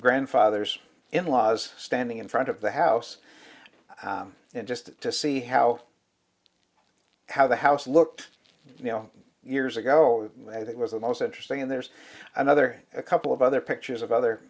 grandfather's in laws standing in front of the house and just to see how how the house looked you know years ago that was the most interesting and there's another a couple of other pictures of other